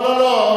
לא, לא, לא.